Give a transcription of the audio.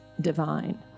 divine